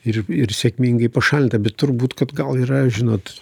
ir ir sėkmingai pašalinta bet turbūt kad gal yra žinot